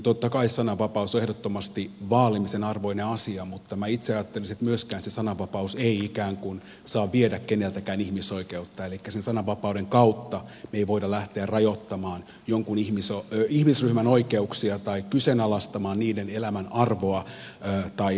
totta kai sananvapaus on ehdottomasti vaalimisen arvoinen asia mutta minä itse ajattelisin että myöskään se sananvapaus ei ikään kuin saa viedä keneltäkään ihmisoikeutta elikkä sananvapauden kautta me emme voi lähteä rajoittamaan jonkun ihmisryhmän oikeuksia tai kyseenalaistamaan sen elämän arvoa tai olemassaoloa